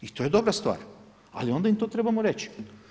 I to je dobra stvar, ali onda im to trebamo reći.